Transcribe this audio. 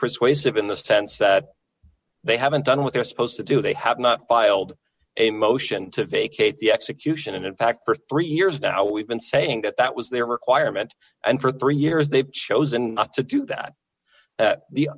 persuasive in the sense that they haven't done what they're supposed to do they have not filed a motion to vacate the execution and in fact for three years now we've been saying that that was their requirement and for three years they've chosen not to do that the the